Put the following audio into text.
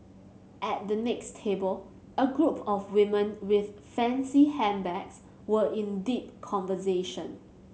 at the next table a group of women with fancy handbags were in deep conversation